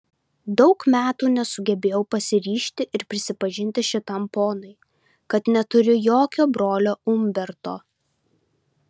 daug metų nesugebėjau pasiryžti ir prisipažinti šitam ponui kad neturiu jokio brolio umberto